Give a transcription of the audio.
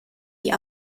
die